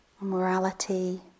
Morality